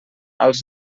als